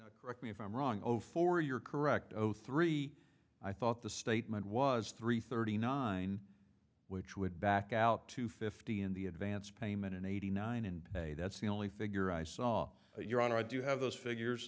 four correct me if i'm wrong over four you're correct zero three i thought the statement was three thirty nine which would back out to fifty in the advance payment in eighty nine and that's the only figure i saw your honor i do have those figures